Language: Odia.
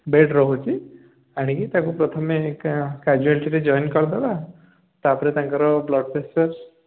ବେଡ଼୍ ରହୁଛି ଆଣିକି ତା'କୁ ପ୍ରଥମେ କାଜୁୟାଲିଟିରେ ଜଏନ୍ କରିଦେବା ତା'ପରେ ତାଙ୍କର ବ୍ଲଡ଼୍ ପ୍ରେସର୍